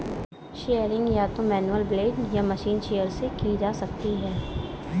shearing या तो manual blade या मशीन शीयर से की जा सकती है